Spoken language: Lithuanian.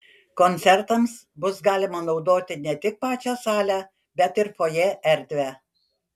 koncertams bus galima naudoti ne tik pačią salę bet ir fojė erdvę